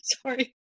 sorry